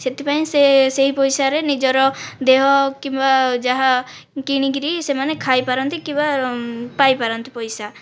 ସେଥିପାଇଁ ସେ ସେହି ପଇସାରେ ନିଜର ଦେହ କିମ୍ବା ଯାହା କିଣିକରି ସେମାନେ ଖାଇପାରନ୍ତି କିମ୍ବା ପାଇପାରନ୍ତି ପଇସା